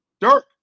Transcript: Dirk